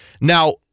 Now